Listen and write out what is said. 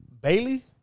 Bailey